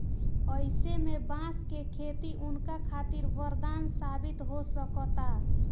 अईसे में बांस के खेती उनका खातिर वरदान साबित हो सकता